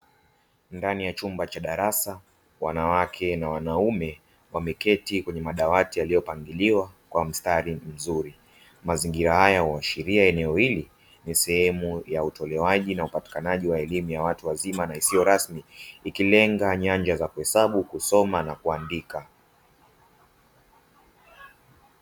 Ndani ya chumba cha darasa wanawake na wanaume wameketi kwenye madawati yaliopangiliwa kwa mistari mzuri. Mazingira haya huashiria eneo hili nisehemu ya utolewaji na upatikanaji wa elimu ya watu wazima isiyo rasmi, ikilenga nyanja za kuhesabu, kusoma na kuandika.